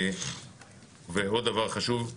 עוד דבר חשוב: